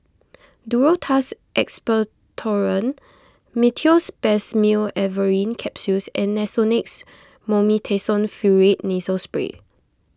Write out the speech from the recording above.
Duro Tuss Expectorant Meteospasmyl Alverine Capsules and Nasonex Mometasone Furoate Nasal Spray